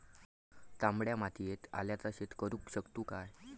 तामड्या मातयेत आल्याचा शेत करु शकतू काय?